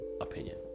opinion